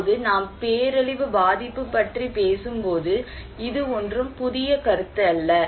இப்போது நாம் பேரழிவு பாதிப்பு பற்றி பேசும்போது இது ஒன்றும் புதிய கருத்து அல்ல